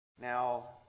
Now